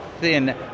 thin